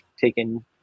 taken